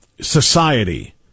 society